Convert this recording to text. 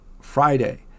Friday